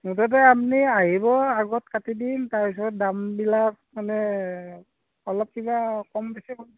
মুঠতে আপুনি আহিব আগত কাটি দিম তাৰপিছত দামবিলাক মানে অলপ কিবা কম বেছি